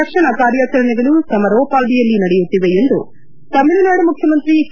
ರಕ್ಷಣಾ ಕಾರ್ಯಾಚರಣೆಗಳು ಸಮರೋಪಾದಿಯಲ್ಲಿ ನಡೆಯುತ್ತಿದೆ ಎಂದು ತಮಿಳುನಾಡು ಮುಖ್ಯಮಂತ್ರಿ ಕೆ